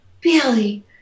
Billy